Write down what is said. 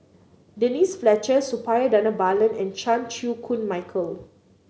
Denise Fletcher Suppiah Dhanabalan and Chan Chew Koon Michael